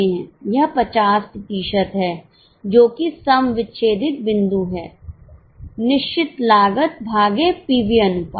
यह 50 प्रतिशत है जो कि सम विच्छेदित बिंदु है निश्चित लागत भागे पीवी अनुपात